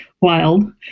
wild